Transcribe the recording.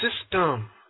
system